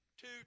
Two